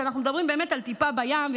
כשאנחנו מדברים באמת על טיפה בים.